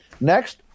Next